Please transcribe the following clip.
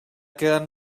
queden